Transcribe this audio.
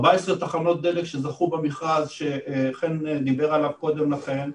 14 תחנות דלק שזכו במכרז, שחן דיבר עליו קודם לכן,